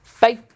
bye